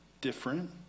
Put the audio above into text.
different